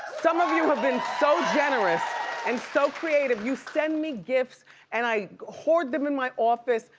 some of you have been so generous and so creative. you send me gifts and i hoard them in my office.